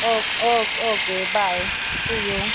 okay okay okay bye see you